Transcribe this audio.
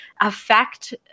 affect